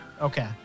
Okay